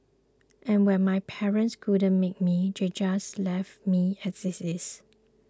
and when my parents couldn't make me they just left me as it is